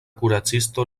kuracisto